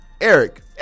Eric